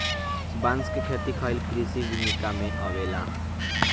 बांस के खेती कइल कृषि विनिका में अवेला